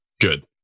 Good